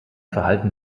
verhalten